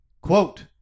Quote